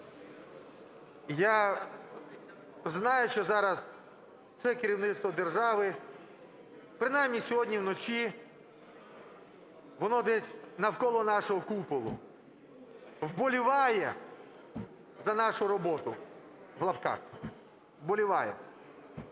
Я, знаючи зараз все керівництво держави, принаймні сьогодні вночі воно десь навколо нашого куполу "вболіває" за нашу роботу, в лапках вболіває.